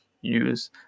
use